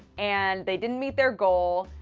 and they didn't meet their goal,